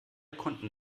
konnten